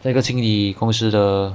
在一个清理公司的